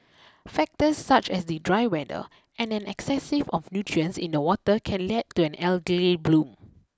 factors such as the dry weather and an excessive of nutrients in the water can lead to an algae bloom